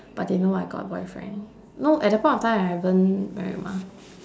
but they know I got boyfriend no at that of point in time I haven't married mah